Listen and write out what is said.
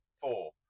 four